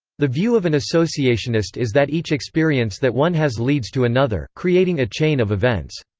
the view of an associationist is that each experience that one has leads to another, creating a chain of events.